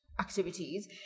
activities